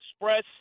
Express